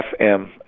FM